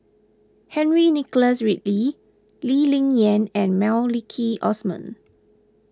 Henry Nicholas Ridley Lee Ling Yen and Maliki Osman